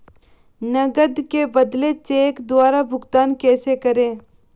नकद के बदले चेक द्वारा भुगतान कैसे करें?